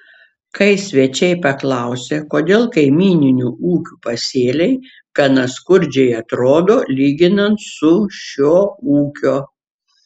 kai svečiai paklausė kodėl kaimyninių ūkių pasėliai gana skurdžiai atrodo lyginant su šio ūkio